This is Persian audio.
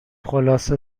خلاصه